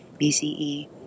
BCE